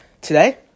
Today